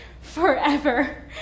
forever